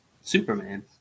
Superman